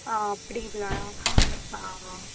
ஆ அப்படிங்களா ஆ ஆ